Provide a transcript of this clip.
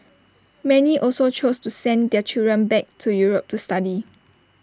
many also chose to send their children back to Europe to study